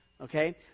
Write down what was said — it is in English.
Okay